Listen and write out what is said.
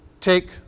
Take